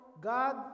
God